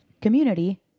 community